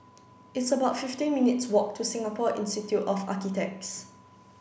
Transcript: it's about fifteen minutes' walk to Singapore Institute of Architects